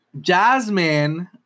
jasmine